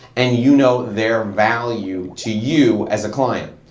and you know their value to you as a client.